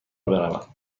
بروم